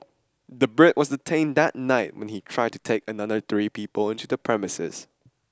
the Brit was detained that night when he tried to take another three people into the premises